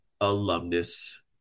alumnus